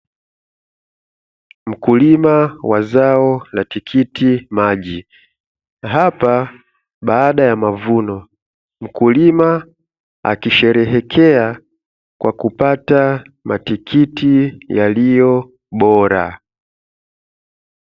Mkulima wa zao la tikitimaji, hapa baada ya mavuno. Mkulima akisherehekea kwa kupata matikiti yaliyo bora.